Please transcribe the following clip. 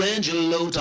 Angelo